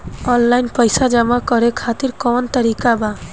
Online पइसा जमा करे खातिर कवन तरीका बा?